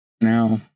Now